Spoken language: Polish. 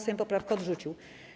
Sejm poprawkę odrzucił.